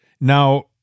Now